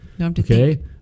Okay